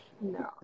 No